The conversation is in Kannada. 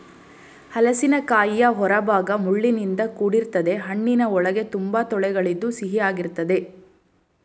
ಹಲಸಿನಕಾಯಿಯ ಹೊರಭಾಗ ಮುಳ್ಳಿನಿಂದ ಕೂಡಿರ್ತದೆ ಹಣ್ಣಿನ ಒಳಗೆ ತುಂಬಾ ತೊಳೆಗಳಿದ್ದು ಸಿಹಿಯಾಗಿರ್ತದೆ